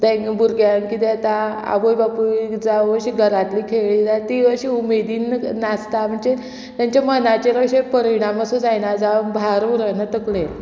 ते भुरग्यांक कितें येता आवय बापूय जावं अशीं घरांतली खेळ्ळी जाल्या ती अशी उमेदीन नाचता म्हणजे तेंच्या मनाचेर अशे परिणाम असो जायना जावं भार उरना तकलेर